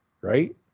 right